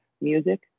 music